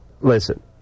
Listen